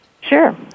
Sure